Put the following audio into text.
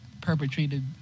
perpetrated